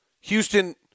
Houston